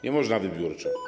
Nie można wybiórczo.